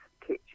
kitchen